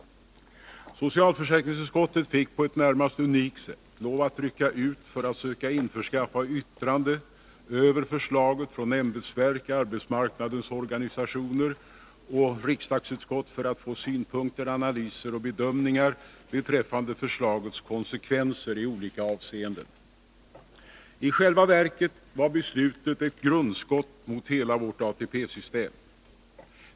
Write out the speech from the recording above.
Socialförsäkringsutskottet fick på ett närmast unikt sätt lov att rycka ut för att söka införskaffa yttrande över förslaget från ämbetsverk, arbetsmarknadens organisationer och riksdagsutskott för att få synpunkter, analyser och bedömningar beträffande förslagets konsekvenser i olika avseenden. I själva verket var beslutet ett grundskott mot hela vårt ATP-system.